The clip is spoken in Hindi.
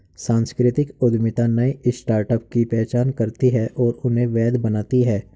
सांस्कृतिक उद्यमिता नए स्टार्टअप की पहचान करती है और उन्हें वैध बनाती है